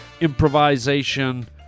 improvisation